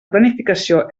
planificació